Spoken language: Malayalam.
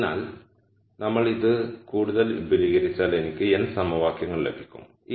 അതിനാൽ നമ്മൾ ഇത് കൂടുതൽ വിപുലീകരിച്ചാൽ എനിക്ക് n സമവാക്യങ്ങൾ ലഭിക്കും